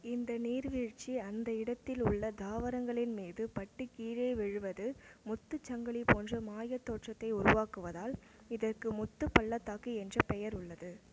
இந்த நீர்வீழ்ச்சி அந்த இடத்தில் உள்ள தாவரங்களின் மீது பட்டு கீழே விழுவது முத்துச் சங்கிலி போன்ற மாயத் தோற்றத்தை உருவாக்குவதால் இதற்கு முத்துப் பள்ளத்தாக்கு என்ற பெயர் உள்ளது